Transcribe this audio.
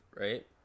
right